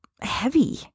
heavy